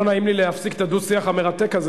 לא נעים לי להפסיק את הדו-שיח המרתק הזה,